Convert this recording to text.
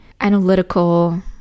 analytical